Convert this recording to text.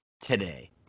today